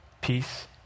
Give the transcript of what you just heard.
peace